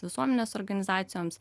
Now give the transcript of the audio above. visuomenės organizacijoms